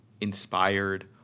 inspired